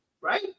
right